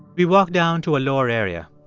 we walk down to a lower area.